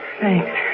Thanks